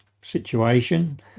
situation